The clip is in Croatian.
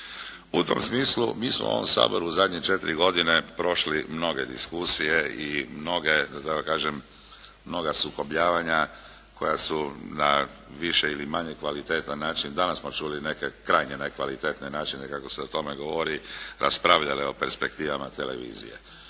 U tom smislu mi smo u ovom Saboru u zadnje 4 godine prošli mnoge diskusije i mnoge da tako kažem mnoga sukobljavanja koja su na više ili manje kvalitetan način, danas smo čuli neke krajnje nekvalitetne načine kako se o tome govori raspravljali o perspektivama televizije.